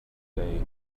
day